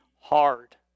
hard